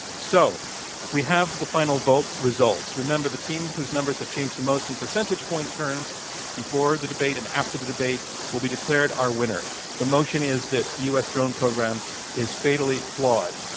so we have the final vote results. remember, the team whose numbers have changed the most in percentage point terms before the debate and after the debate will be declared our winner. the motion is this, the u. s. drone program is fatally flawed.